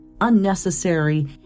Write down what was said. unnecessary